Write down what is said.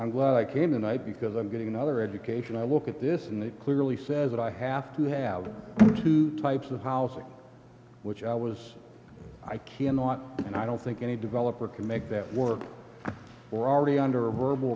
i'm glad i came and i because i'm getting another education i look at this and it clearly says that i have to have two types of housing which i was i cannot and i don't think any developer can make that work already under a verbal